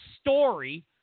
story